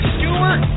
Stewart